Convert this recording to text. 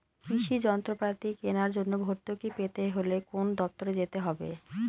কৃষি যন্ত্রপাতি কেনার জন্য ভর্তুকি পেতে হলে কোন দপ্তরে যেতে হবে?